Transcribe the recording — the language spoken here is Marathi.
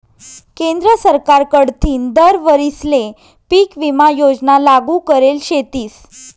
केंद्र सरकार कडथीन दर वरीसले पीक विमा योजना लागू करेल शेतीस